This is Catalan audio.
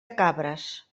cabres